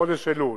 1 בספטמבר.